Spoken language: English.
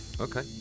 Okay